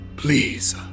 Please